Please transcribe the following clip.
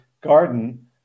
garden